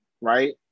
Right